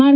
R